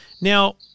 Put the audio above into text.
Now